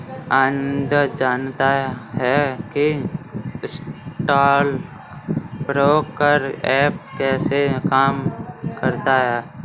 आनंद जानता है कि स्टॉक ब्रोकर ऐप कैसे काम करता है?